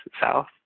South